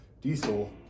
Diesel